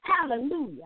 Hallelujah